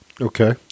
Okay